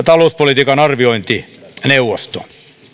talouspolitiikan arviointineuvosto